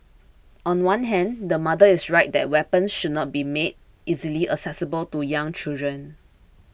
on one hand the mother is right that weapons should not be made easily accessible to young children